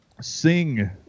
sing